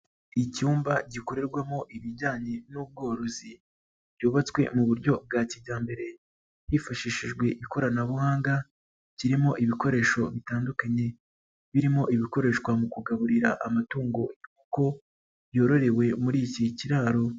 Icyumba gikorerwamo ibijyanye n'ubworozi byubatswe mu buryo bwa kijyambere hifashishijwe ikoranabuhanga kirimo ibikoresho bitandukanye birimo ibikoreshwa mu kugaburira amatungo kuko yororewe muri iki kiraro.